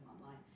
online